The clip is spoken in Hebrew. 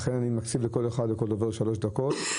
לכן אני מקציב לכל דובר שלוש דקות.